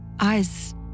eyes